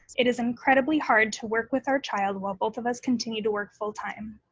it is incredibly hard to work with our child while both of us continue to work full time.